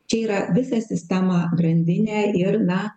čia yra visa sistema grandinė ir na